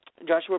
Joshua